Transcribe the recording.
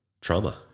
trauma